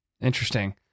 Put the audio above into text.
Interesting